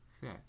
set